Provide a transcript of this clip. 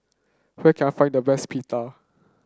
where can I find the best Pita